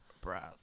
Breath